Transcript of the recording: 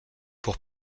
pour